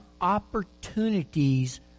opportunities